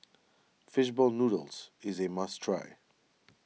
Fish Ball Noodles is a must try